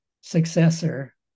successor